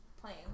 playing